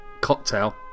cocktail